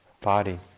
body